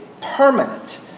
permanent